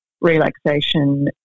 relaxation